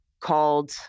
called